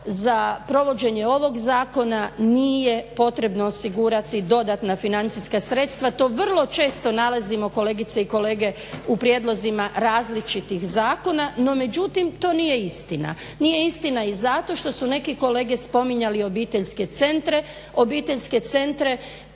za provođenje ovog zakona nije potrebno osigurati dodatna financijska sredstva. To vrlo često nalazimo kolegice i kolege u prijedlozima različitih zakona, no međutim to nije istina. Nije istina i zato što su neki kolege spominjali obiteljske centre. Obiteljske centre